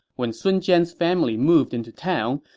when sun jian's family moved into town,